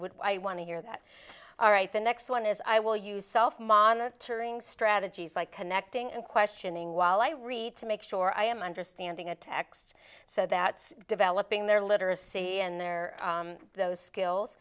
would i want to hear that all right the next one is i will use self monitoring strategies like connecting and questioning while i read to make sure i am understanding a text so that developing their literacy and their those skills